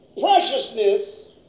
preciousness